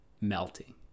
melting